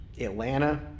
Atlanta